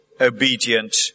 obedient